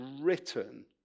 written